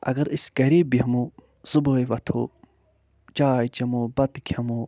اگر أسۍ گَرے بیٚہمو صُبحٲے وَتھو چاے چٮ۪مو بتہٕ کھٮ۪مو